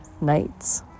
nights